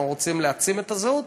אנחנו רוצים להעצים את הזהות,